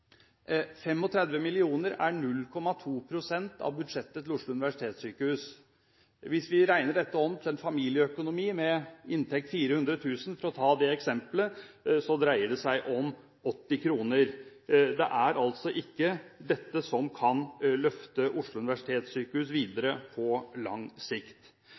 kr er 0,2 pst. av budsjettet til Oslo universitetssykehus. Hvis vi regner dette om til familieøkonomi, med en inntekt på 400 000 kr – for å ta det eksempelet – dreier det seg om 80 kr. Det er altså ikke dette som kan løfte Oslo universitetssykehus videre på lang sikt.